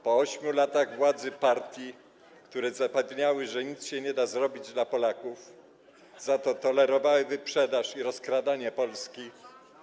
Po 8 latach władzy partii, które zapewniały, że nic nie da się zrobić dla Polaków, za to tolerowały wyprzedaż i rozkradanie Polski.